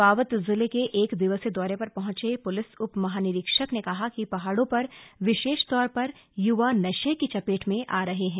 चम्पावत जिले के एक दिवसीय दौरे पर पहुंचे पुलिस उप महानिरीक्षक ने कहा कि पहाड़ों पर विशेष तौर पर युवा में नशे की चपेट में आ रहे हैं